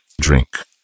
drink